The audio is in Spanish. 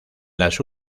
las